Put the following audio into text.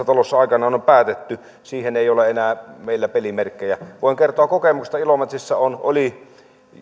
talossa aikanaan on päätetty siihen ei ole enää meillä pelimerkkejä voin kertoa kokemuksesta ilomantsissa oli